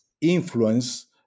influence